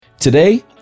Today